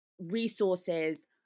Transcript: resources